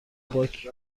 باک